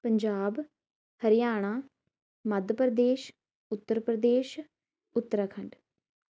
Punjab Haryana Madhya Pradesh Uttar Pradesh Uttarakhand